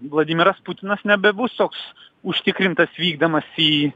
vladimiras putinas nebebus toks užtikrintas vykdamas į